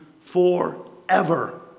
forever